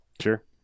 Sure